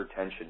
Hypertension